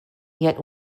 yet